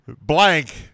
Blank